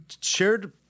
shared